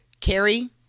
Carrie